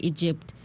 Egypt